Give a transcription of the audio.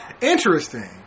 Interesting